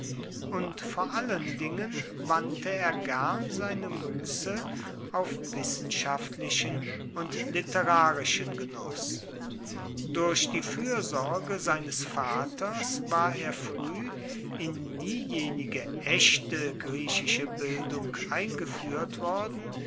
und vor allen dingen wandte er gern seine muße auf wissenschaftlichen und literarischen genuß durch die fürsorge seines vaters war er früh in diejenige echte griechische bildung eingeführt worden